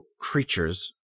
creatures